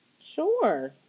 Sure